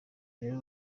rero